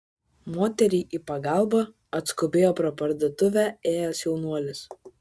moteriai į pagalbą atskubėjo pro parduotuvę ėjęs jaunuolis